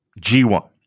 G1